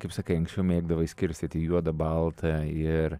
kaip sakai anksčiau mėgdavai skirstyti juoda balta ir